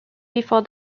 before